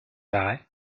arrêt